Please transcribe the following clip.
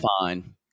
fine